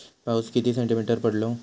पाऊस किती सेंटीमीटर पडलो?